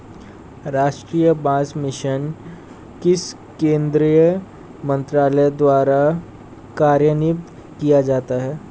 राष्ट्रीय बांस मिशन किस केंद्रीय मंत्रालय द्वारा कार्यान्वित किया जाता है?